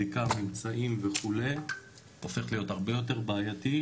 בדיקת ממצאים וכולי הופך להיות הרבה יותר בעייתי,